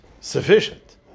sufficient